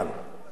אז מה?